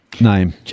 name